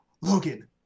Logan